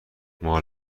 مال